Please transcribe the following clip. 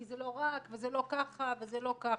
כי זה לא רק, וזה לא ככה וזה לא ככה...